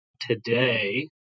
today